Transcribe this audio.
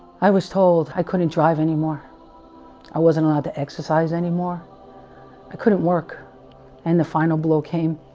i was told i couldn't drive anymore i wasn't allowed to exercise anymore i couldn't work and the final blow. came